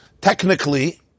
Technically